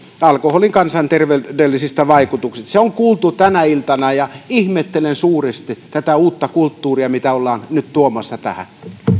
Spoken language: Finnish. alkoholin kansanterveydellisistä vaikutuksista se on kuultu tänä iltana ihmettelen suuresti tätä uutta kulttuuria mitä ollaan nyt tuomassa tähän